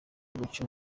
gucci